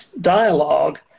dialogue